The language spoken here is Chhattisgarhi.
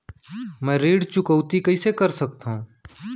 मैं ऋण चुकौती कइसे कर सकथव?